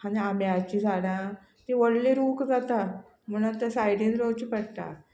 आनी आंब्याचीं झाडां तीं व्हडलीं रूख जाता म्हण ते सायडीन रोवचीं पडटा